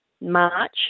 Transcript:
March